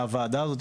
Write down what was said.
מהוועדה הזאת,